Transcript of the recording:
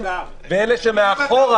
ואלה שמאחורה